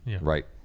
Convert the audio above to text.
Right